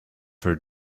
her